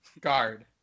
guard